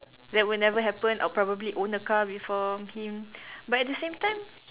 that would never happen I'll probably own a car before him but at the same time